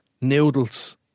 Noodles